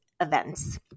events